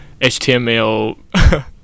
HTML